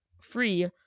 free